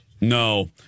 No